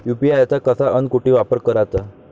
UPI चा कसा अन कुटी वापर कराचा?